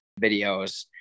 videos